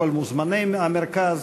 כל מוזמני המרכז,